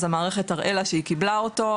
אז המערכת תראה לה שהיא קיבלה אותו.